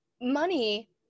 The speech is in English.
money